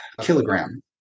kilogram